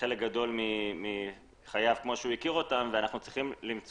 חלק גדול מחייו כמו שהוא הכיר ואנחנו צריכים למצוא